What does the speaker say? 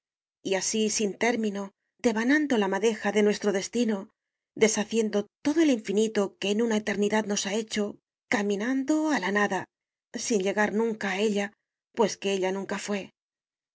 y así sin término devanando la madeja de nuestro destino deshaciendo todo el infinito que en una eternidad nos ha hecho caminando a la nada sin llegar nunca a ella pues que ella nunca fué